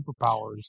superpowers